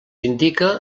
indica